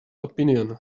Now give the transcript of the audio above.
opinion